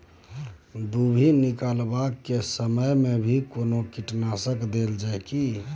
दुभी निकलबाक के समय मे भी कोनो कीटनाशक देल जाय की?